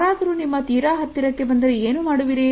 ಯಾರಾದರೂ ನಿಮ್ಮ ತೀರಾ ಹತ್ತಿರಕ್ಕೆ ಬಂದರೆ ಏನು ಮಾಡುವಿರಿ